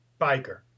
biker